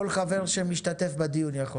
כל חבר כנסת שמשתתף בדיון יכול להעלות.